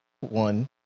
One